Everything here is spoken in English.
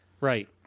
right